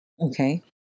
Okay